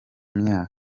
myaka